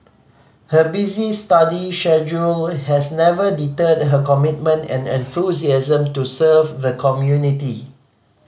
her busy study schedule has never deterred her commitment and enthusiasm to serve the community